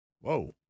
Whoa